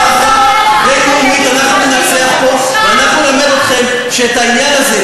למה אתה לא מגן, זה לא השמאל,